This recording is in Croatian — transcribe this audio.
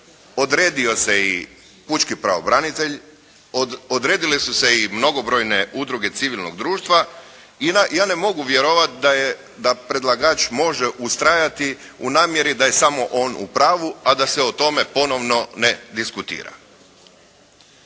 odredio se i pučki pravobranitelj, odredile su se i mnogobrojne udruge civilnog društva i ja ne mogu vjerovati da predlagač može ustrajati u namjeri da je samo on u pravu a da se o tome ponovno ne diskutira.